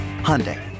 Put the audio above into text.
Hyundai